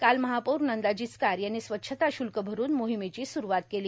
काल महा ोर नंदा जिचकार यांनी स्वच्छता श्ल्क भरून मोहिमेची स्रूवात केली